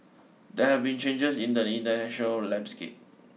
there have been changes in the international landscape